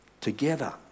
together